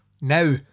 now